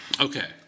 Okay